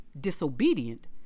disobedient